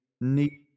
need